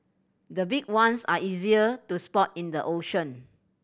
the big ones are easier to spot in the ocean